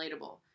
relatable